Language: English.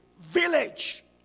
village